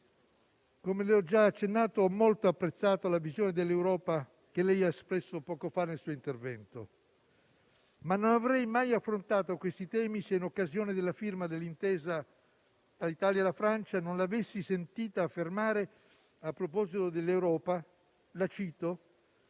come le ho già accennato, ho molto apprezzato la visione dell'Europa che lei ha espresso poco fa nel suo intervento. Non avrei mai, però, affrontato questi temi, se, in occasione della firma dell'intesa tra l'Italia e la Francia, non l'avessi sentita affermare, a proposito dell'Europa: «il